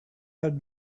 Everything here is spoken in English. had